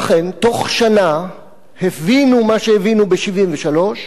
ואכן, בתוך שנה הבינו מה שהבינו ב-1973,